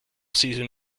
season